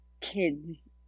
kids